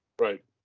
right